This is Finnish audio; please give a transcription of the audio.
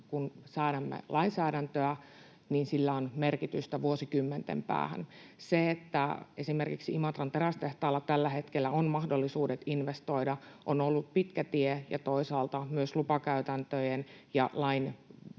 säädämme lainsäädäntöä, on merkitystä vuosikymmenten päähän. Se, että esimerkiksi Imatran terästehtaalla tällä hetkellä on mahdollisuudet investoida, on ollut pitkä tie. Toisaalta myös lupakäytäntöjen ja lain velvoitteiden